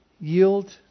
Yield